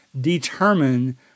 determine